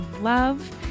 love